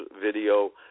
video